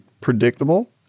predictable